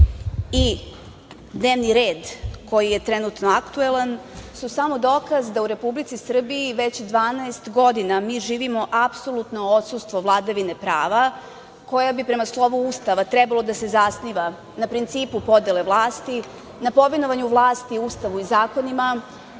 i dnevni red koji je trenutno aktuelan su samo dokaz da u Republici Srbiji već dvanaest godina mi živimo apsolutno odsustvo vladavine prava koja bi prema slovo Ustava trebalo da se zasniva na principu podele vlasti, na povinovanju vlasti Ustavu i zakonima,